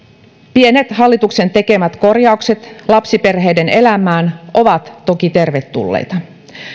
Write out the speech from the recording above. pienet hallituksen tekemät korjaukset lapsiperheiden elämään ovat toki tervetulleita